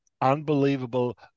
unbelievable